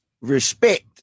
respect